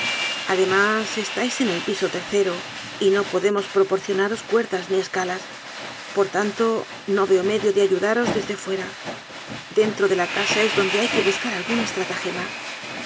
además estáis en el piso tercero y no podemos proporcionaros cuerdas ni esca las por tanto no veo medio de ayudaros desde fuera dentro de la casa es donde hay que buscar alguna estratagema